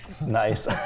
Nice